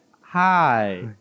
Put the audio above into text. Hi